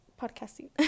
podcasting